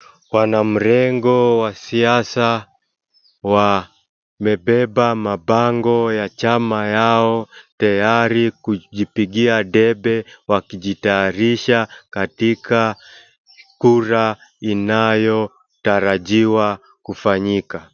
Wanamrengo wa siasa wamebeba mabango ya chama yao tayari kujipigia debe wakijitayarisha katika kura inayotarajiwa kufanyika.